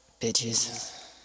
bitches